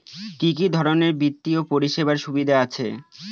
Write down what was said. কি কি ধরনের বিত্তীয় পরিষেবার সুবিধা আছে?